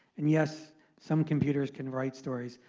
and yes, some computers can write stories.